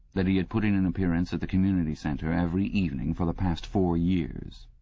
that he had put in an appearance at the community centre every evening for the past four years.